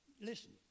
Listen